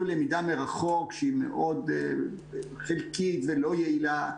למידה מרחוק שהיא מאוד חלקית ולא יעילה.